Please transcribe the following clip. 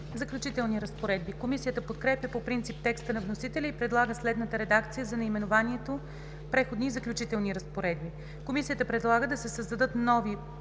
„Заключителни разпоредби“. Комисията подкрепя по принцип текста на вносителя и предлага следната редакция за наименованието: „Преходни и заключителни разпоредби“. Комисията предлага да се създадат нови